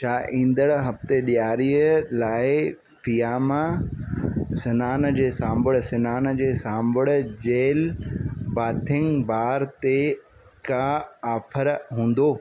छा ईंदड़ हफ़्ते ॾियारीअ लाइ फियामा सनान जे साबुण सनान जे साबुण जेल बाथिंग बार ते का ऑफर हूंदा